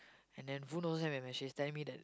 and then Voon send me a message telling me that